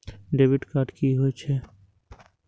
Debit card की होय छेय?